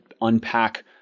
unpack